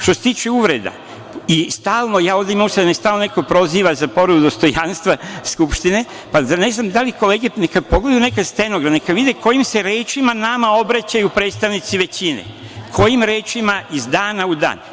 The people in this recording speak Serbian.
Što se tiče uvreda, stalno ja imam osećaj da me stalno neko proziva za povredu dostojanstva Skupštine, ne znam da li kolege nekada pogledaju stenogram, neka vide kojim se rečima nama obraćaju predstavnici većine, kojim rečima iz dana u dan.